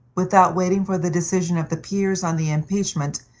without waiting for the decision of the peers on the impeachment,